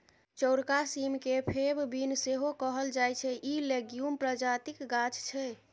चौरका सीम केँ फेब बीन सेहो कहल जाइ छै इ लेग्युम प्रजातिक गाछ छै